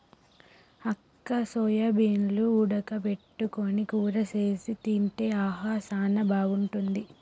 అక్క సోయాబీన్లు ఉడక పెట్టుకొని కూర సేసి తింటే ఆహా సానా బాగుంటుంది